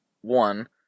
one